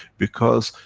because,